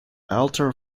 altar